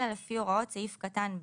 אלא לפי הוראות סעיף קטן (ב).